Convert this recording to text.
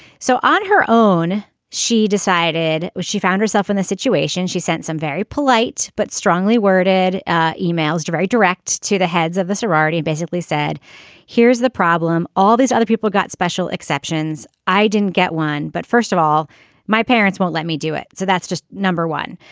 so on her own she decided she found herself in the situation she sent some very polite but strongly worded ah emails to write direct to the heads of the sorority basically said here's the problem. all these other people got special exceptions. i didn't get one. but first of all my parents won't let me do it. so that's just number one.